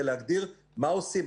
ולהגדיר מה עושים,